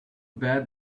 bad